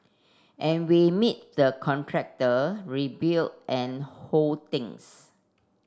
and we meet the contractor rebuild and whole things